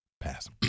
Pass